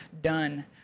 done